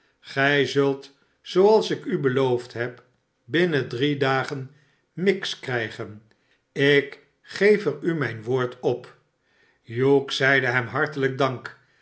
gij suit zooals ik u beloofd heb binnen dne dagen miggs krijgen ik geef er u mijn woord op hugh zeide hem hartelijk dank